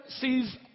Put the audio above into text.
sees